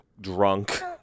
drunk